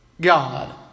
God